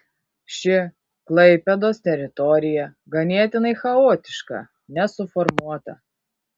ši klaipėdos teritorija ganėtinai chaotiška nesuformuota